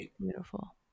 Beautiful